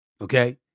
Okay